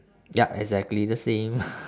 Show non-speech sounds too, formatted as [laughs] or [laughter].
yup exactly the same [laughs]